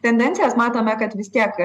tendencijas matome kad vis tiek